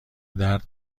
درد